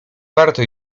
warto